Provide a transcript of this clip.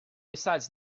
besides